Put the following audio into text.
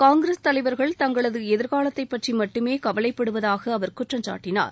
காங்கிரஸ் தலைவர்கள் தங்களது எதிர்காலத்தை பற்றி மட்டுமே கவவைப்படுவதாக அவர் குற்றம்சாட்டினார்